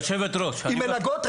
עם מלגות.